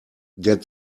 der